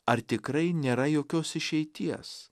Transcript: ar tikrai nėra jokios išeities